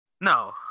No